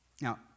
Now